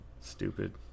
Stupid